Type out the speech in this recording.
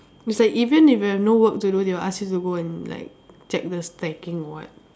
it's like even if you have no work to do they will ask you to go and like check the stacking or what